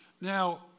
Now